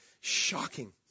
shocking